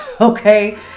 okay